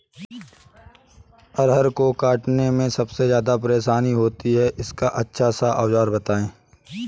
अरहर को काटने में सबसे ज्यादा परेशानी होती है इसका अच्छा सा औजार बताएं?